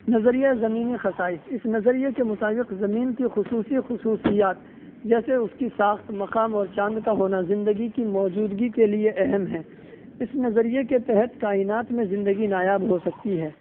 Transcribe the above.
نظریۂ زمینی خصائص اس نطریے کے مطابق زمین کی خصوصی خصوصیات جیسے اس کی ساخت مقام اور چاند کا ہونا زندگی کی موجودگی کے لیے اہم ہے اس نظریے کے تحت کائنات میں زندگی نایاب ہو سکتی ہے